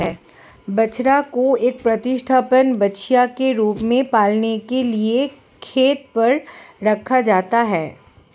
बछड़ा को एक प्रतिस्थापन बछिया के रूप में पालने के लिए खेत पर रखा जाता है